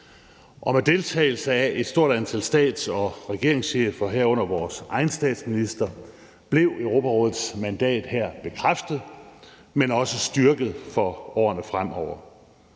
med deltagelse af et stort antal stats- og regeringschefer, herunder vores egen statsminister, blev Europarådets mandat her bekræftet, men også styrket for årene fremover.